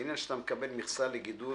העניין שאתה מקבל מכסה לגידול